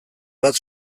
bat